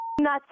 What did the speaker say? Nuts